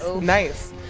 Nice